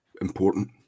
important